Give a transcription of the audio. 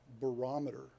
barometer